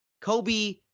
Kobe